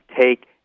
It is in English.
take